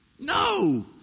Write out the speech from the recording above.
No